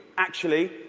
actually,